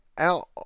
Out